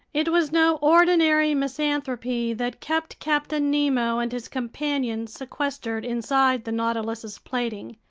it was no ordinary misanthropy that kept captain nemo and his companions sequestered inside the nautilus's plating,